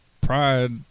pride